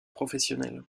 professionnel